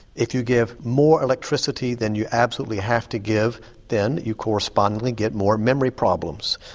if you give more electricity than you absolutely have to give then you correspondingly get more memory problems.